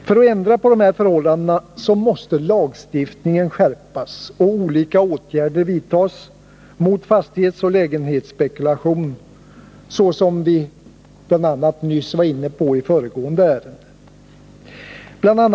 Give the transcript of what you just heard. För att ändra på dessa förhållanden måste lagstiftningen skärpas och olika åtgärder vidtas mot fastighetsoch lägenhetsspekulation, såsom vi var inne på i behandlingen av föregående ärende. Bl.